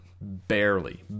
barely